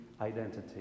identity